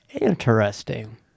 Interesting